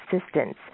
assistance